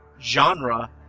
genre